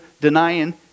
denying